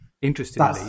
Interestingly